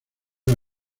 una